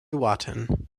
wotton